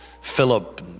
Philip